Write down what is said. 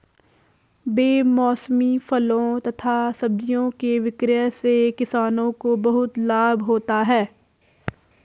बेमौसमी फलों तथा सब्जियों के विक्रय से किसानों को बहुत लाभ होता है